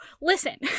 listen